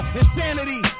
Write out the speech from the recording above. insanity